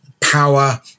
power